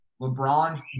LeBron